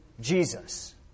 Jesus